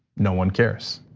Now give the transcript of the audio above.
no one cares.